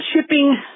shipping